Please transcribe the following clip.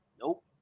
Nope